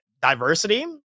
Diversity